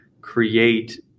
create